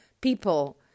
people